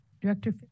director